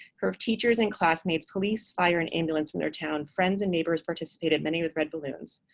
her teachers and classmates, police, fire, and ambulance from their town, friends, and neighbors participated, many with red balloons.